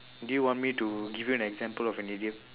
do you want me to give you an example of an idiom